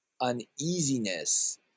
uneasiness